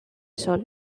sol